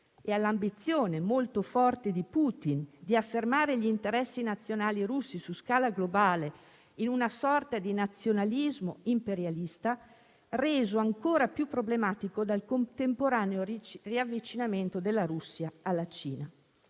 e all'ambizione molto forte di Putin di affermare gli interessi nazionali russi su scala globale, in una sorta di nazionalismo imperialista, reso ancora più problematico dal contemporaneo riavvicinamento della Russia alla Cina.